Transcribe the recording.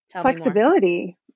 flexibility